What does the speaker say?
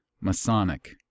Masonic